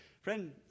Friend